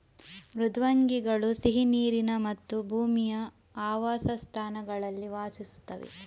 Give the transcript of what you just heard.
ಮೃದ್ವಂಗಿಗಳು ಸಿಹಿ ನೀರಿನ ಮತ್ತು ಭೂಮಿಯ ಆವಾಸಸ್ಥಾನಗಳಲ್ಲಿ ವಾಸಿಸುತ್ತವೆ